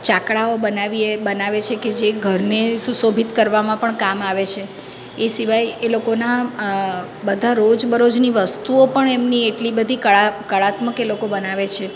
જાકળાઓ બનાવીએ બનાવે છે કે જે ઘરને સુશોભિત કરવામાં પણ કામ આવે છે એ સિવાય એ લોકોના બધા રોજબરોજની વસ્તુઓ પણ એમની એટલી બધી કળા કળાત્મક એ લોકો બનાવે છે